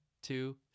two